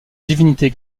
divinité